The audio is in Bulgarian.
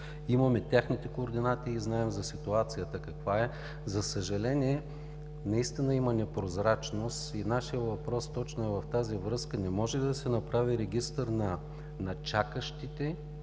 имаме техните координати и знаем каква е ситуацията. За съжаление, има непрозрачност и нашият въпрос е точно в тази връзка. Не може ли да се направи Регистър на чакащите